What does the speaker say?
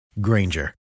Granger